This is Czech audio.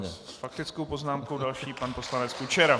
S faktickou poznámkou jako další pan poslanec Kučera.